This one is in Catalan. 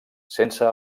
sense